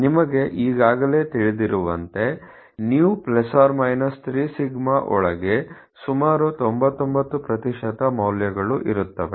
ನಿಮಗೆ ಈಗಾಗಲೇ ತಿಳಿದಂತೆ µ± 3σ ಒಳಗೆ ಸುಮಾರು 99 ಪ್ರತಿಶತ ಮೌಲ್ಯಗಳು ಇರುತ್ತವೆ